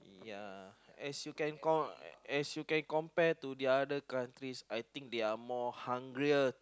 ya as you can com~ as you can compare to the other countries I think they are more hungrier